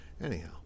Anyhow